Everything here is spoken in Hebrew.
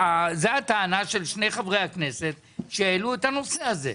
זה הטענה של שני חברי הכנסת שהעלו את הנושא הזה.